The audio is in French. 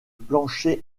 plancher